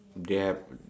they have